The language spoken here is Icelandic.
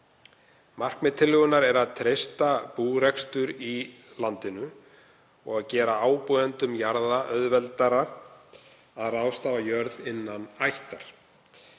Markmið tillögunnar er að treysta búrekstur í landinu og að gera ábúendum jarða auðveldara að ráðstafa jörð innan ættar.